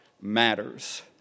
Matters